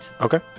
Okay